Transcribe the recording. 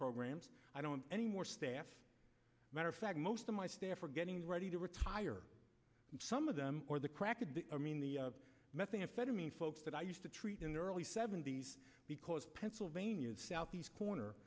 programs i don't any more staff matter fact most of my staff are getting ready to retire some of them or the crack i mean the methamphetamine folks that i used to treat in the early seventy's because pennsylvania's southeast corner